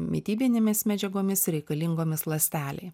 mitybinėmis medžiagomis reikalingomis ląstelei